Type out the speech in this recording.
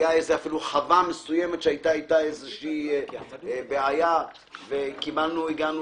הייתה אפילו חווה מסוימת שהייתה איתה בעיה וקבענו והגענו